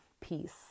peace